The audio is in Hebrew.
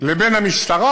לבין המשטרה,